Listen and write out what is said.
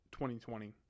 2020